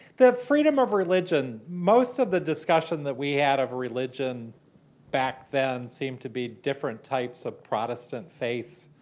the freedom of religion most of the discussion that we had over religion back then seemed to be different types of protestant faith.